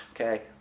Okay